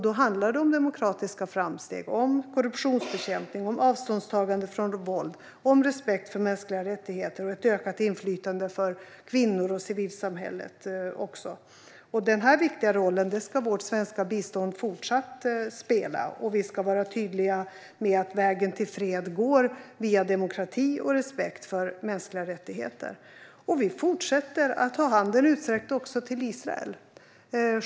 Då handlar det om demokratiska framsteg, korruptionsbekämpning, avståndstagande från våld, respekt för mänskliga rättigheter och också ett ökat inflytande för kvinnor och civilsamhället. Den viktiga rollen ska vårt svenska bistånd fortsatt spela. Vi ska vara tydliga med att vägen till fred går via demokrati och respekt för mänskliga rättigheter. Vi fortsätter att ha handen utsträckt också till Israel.